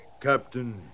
Captain